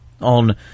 on